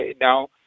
now